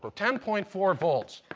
ten point four volts.